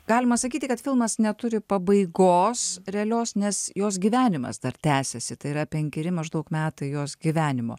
galima sakyti kad filmas neturi pabaigos realios nes jos gyvenimas dar tęsiasi tai yra penkeri maždaug metai jos gyvenimo